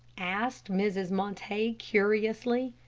asked mrs. montague, curiously.